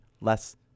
less